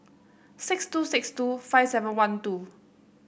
six two six two five seven one two